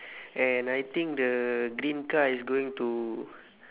and I think the green car is going to